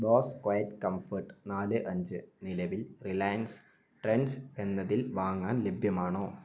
boss QuietComfort നാല് അഞ്ച് നിലവിൽ റിലയൻസ് ട്രെൻഡ്സ് എന്നതിൽ വാങ്ങാൻ ലഭ്യമാണോ